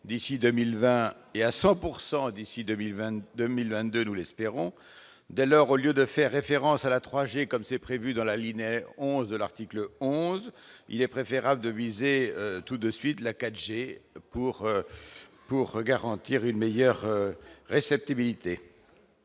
d'ici à 2020 et à 100 % d'ici à 2022- nous l'espérons ! Dès lors, au lieu de faire référence à la 3G, comme c'est le cas à l'alinéa 11 de l'article 11, mieux vaut viser tout de suite la 4G, pour garantir une meilleure réception.